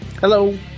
Hello